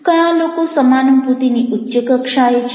કયા લોકો સમાનુભૂતિની ઉચ્ચ કક્ષાએ છે